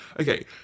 Okay